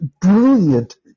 Brilliant